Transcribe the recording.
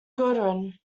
gudrun